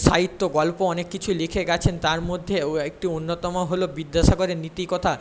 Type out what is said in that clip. সাহিত্য গল্প অনেক কিছু লিখে গিয়েছেন তার মধ্যে ও একটি অন্যতম হল বিদ্যাসাগরের নীতিকথা